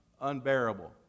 unbearable